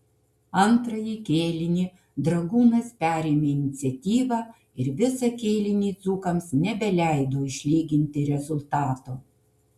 antrąjį kėlinį dragūnas perėmė iniciatyvą ir visą kėlinį dzūkams nebeleido išlyginti rezultato